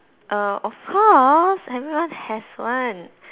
err of course everyone has one